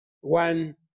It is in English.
one